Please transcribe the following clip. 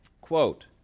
Quote